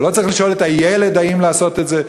ולא צריך לשאול את הילד אם לעשות את זה?